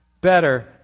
better